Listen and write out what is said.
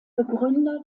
begründer